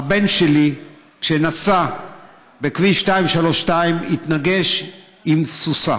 הבן שלי, כשנסע בכביש 232 התנגש בסוסה,